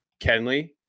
Kenley